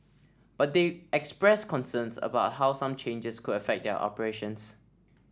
but they expressed concerns about how some changes could affect their operations